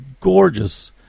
gorgeous